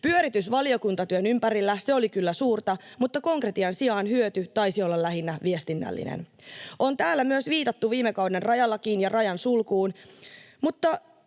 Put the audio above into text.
Pyöritys valiokuntatyön ympärillä oli kyllä suurta, mutta konkretian sijaan hyöty taisi olla lähinnä viestinnällinen. On täällä myös viitattu viime kauden rajalakiin ja rajan sulkuun, mutta